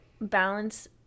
balance